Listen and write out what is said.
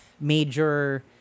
Major